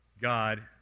God